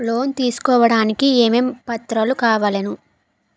Loan తీసుకోడానికి ఏమేం పత్రాలు కావలెను?